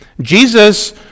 Jesus